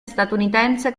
statunitense